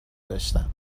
داشتن